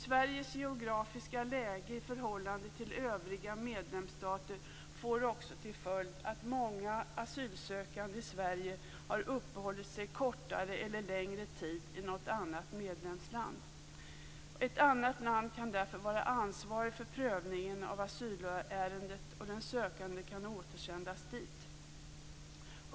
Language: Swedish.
Sveriges geografiska läge i förhållande till övriga medlemsstater får också till följd att många asylsökande i Sverige har uppehållit sig kortare eller längre tid i något annat medlemsland. Ett annat land kan därför vara ansvarigt för prövningen av asylärendet, och den sökande kan återsändas dit.